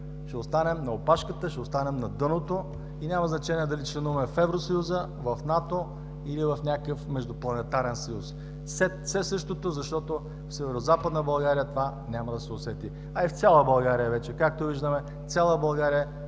ще останем на опашката, ще останем на дъното и няма значение дали членуваме в Евросъюза, в НАТО или в някакъв междупланетарен съюз. Все същото, защото в Северозападна България това няма да се усети. А и в цяла България вече. Както виждаме, цяла България